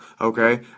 okay